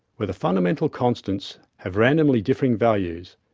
where the fundamental constants have randomly differing values,